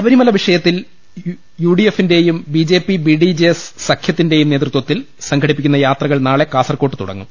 ശബരിമല വിഷയത്തിൽ U D എഫിന്റെയും B J P B D J S സഖ്യത്തിന്റെയും നേതൃത്വത്തിൽ സംഘടി പ്പിക്കുന്ന യാത്രകൾ നാളെ കാസർക്കോട്ട് തുടങ്ങും